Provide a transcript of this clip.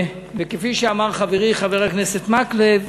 וכפי שאמר חברי, חבר הכנסת מקלב,